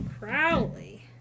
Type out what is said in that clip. Crowley